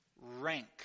rank